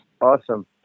Awesome